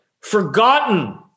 forgotten